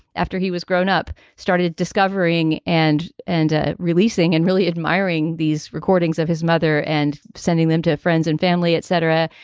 after he was grown up, started discovering and and ah releasing and really admiring these recordings of his mother and sending them to friends and family, etc.